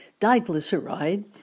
diglyceride